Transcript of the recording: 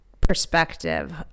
perspective